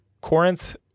Corinth